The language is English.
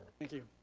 thank you.